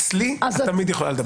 אצלי את תמיד יכולה לדבר.